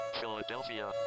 Philadelphia